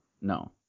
no